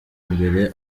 imbere